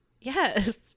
Yes